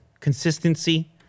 consistency